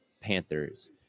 Panthers